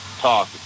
talk